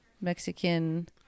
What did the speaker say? Mexican